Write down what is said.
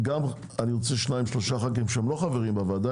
אני רוצה שלושה ח"כים שהם לא חברים בוועדה